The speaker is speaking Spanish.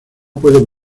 puedo